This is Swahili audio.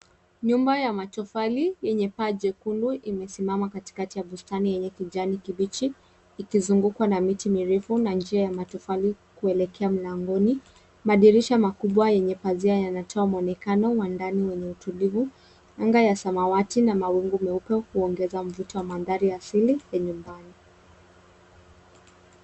Nyumba ya matofali yenye paa nyekundu imesimama katikati ya bustani yenye kijani kibichi ikizungukwa na miti mirefu na njia ya matofali kuelekea mlangoni. Madirisha makubwa yenye pazia yanatoa mwonekano wa ndani wenye utulivu. Anga ya samawati na mawingu huongeza mandhari ya mvuto asili ya nyumbani.